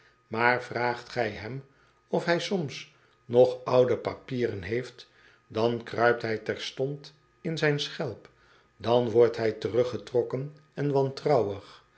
aar vraagt gij hem of hij soms nog oude papieren heeft dan kruipt hij terstond in zijn schelp dan wordt hij teruggetrokken en wantrouwig